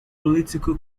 political